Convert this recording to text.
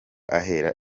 ahera